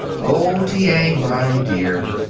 oh, t. a, my dear,